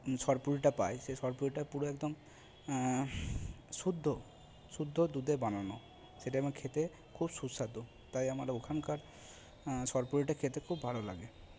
সরপুরিটা পাই সে সরপুরিটা পুরো একদম শুদ্ধ শুদ্ধ দুধে বানানো সেটা যেমন খেতে খুব সুস্বাদু তাই আমার ওখানকার সরপুরিটা খেতে খুব ভালো লাগে